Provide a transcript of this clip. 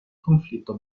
conflitto